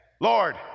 Lord